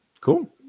Cool